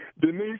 Denise